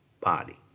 body